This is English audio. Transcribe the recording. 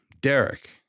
Derek